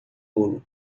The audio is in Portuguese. bolo